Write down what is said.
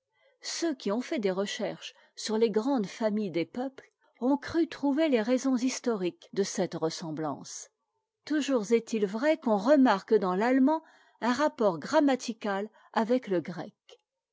ceux qui ont fait des recherches sur les grandes familles des peuples ont cru trouver les raisons historiques de cette ressemblance toujours est-il vrai qu'on remarque dans l'allemand un rapport grammatical avec le grec